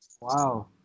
Wow